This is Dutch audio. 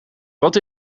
wat